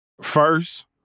First